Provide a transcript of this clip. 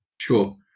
Sure